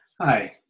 Hi